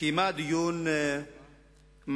קיימה דיון מעמיק